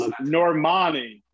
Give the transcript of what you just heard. normani